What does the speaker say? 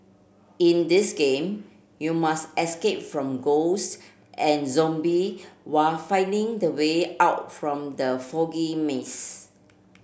in this game you must escape from ghosts and zombie while finding the way out from the foggy maze